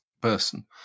person